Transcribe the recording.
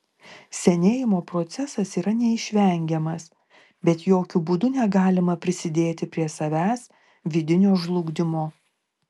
senėjimo procesas yra neišvengiamas bet jokiu būdu negalima prisidėti prie savęs vidinio žlugdymo